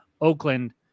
Oakland